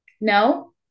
no